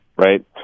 right